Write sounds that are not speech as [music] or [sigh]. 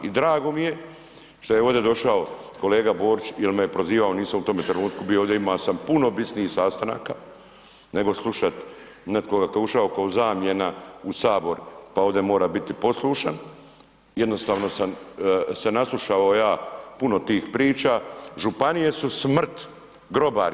I drago mi je što je ovdje došao kolega Borić jer me je prozivao, nisam u tome trenutku bio ovdje imao sam puno ... [unintelligible] sastanaka nego slušati nekoga tko je ušao kao zamjena u Sabor pa ovdje mora biti poslušan, jednostavno sam se naslušao ja puno tih priča, županije su smrt, grobari.